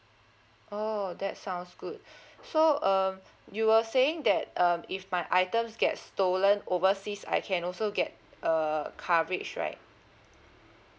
oh that sounds good so um you were saying that um if my items get stolen overseas I can also get uh coverage right